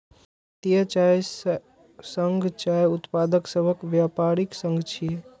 भारतीय चाय संघ चाय उत्पादक सभक व्यापारिक संघ छियै